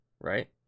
right